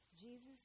Jesus